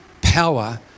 power